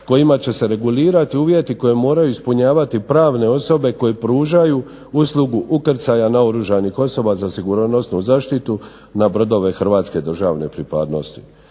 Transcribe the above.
kojima će se regulirati uvjeti koje moraju ispunjavati pravne osobe koje pružaju uslugu ukrcaja naoružanih osoba za sigurnosnu zaštitu na brodove hrvatske državne pripadnosti.